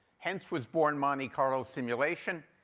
hence was born monte carlo simulation,